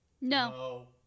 No